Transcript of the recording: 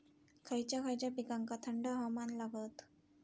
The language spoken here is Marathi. खय खयच्या पिकांका थंड हवामान लागतं?